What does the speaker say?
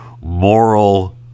moral